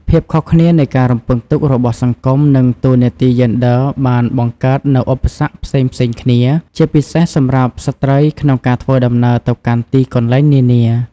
ភាពខុសគ្នានៃការរំពឹងទុករបស់សង្គមនិងតួនាទីយេនដ័របានបង្កើតនូវឧបសគ្គផ្សេងៗគ្នា ជាពិសេសសម្រាប់ស្ត្រីក្នុងការធ្វើដំណើរទៅកាន់ទីកន្លែងនានា។